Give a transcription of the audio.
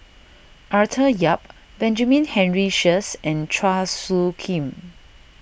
Arthur Yap Benjamin Henry Sheares and Chua Soo Khim